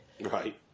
Right